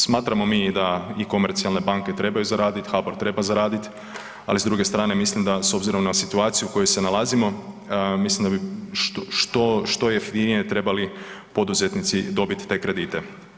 Smatramo mi da i komercijalne banke trebaju zaraditi, HBOR treba zaraditi, ali s druge strane, mislim da s obzirom na situaciju u kojoj se nalazimo, mislim da bi što jeftinije trebali poduzetnici dobiti te kredite.